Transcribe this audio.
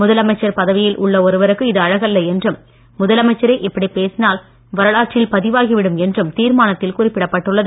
முதலமைச்சர் பதவியில் உள்ள ஒருவருக்கு இது அழகல்ல என்றும் முதலமைச்சரே இப்படிப் பேசினால் வரலாற்றில் பதிவாகிவிடும் என்றும் தீர்மானத்தில் குறிப்பிடப்பட்டுள்ளது